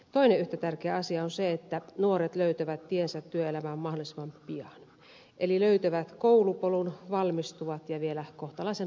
toinen yhtä tärkeä asia on se että nuoret löytävät tiensä työelämään mahdollisimman pian eli löytävät koulupolun valmistuvat ja vielä kohtalaisen nopeassa ajassa